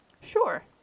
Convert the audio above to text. Sure